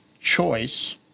choice